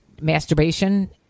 masturbation